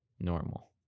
normal